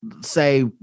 say